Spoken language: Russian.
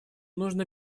нужно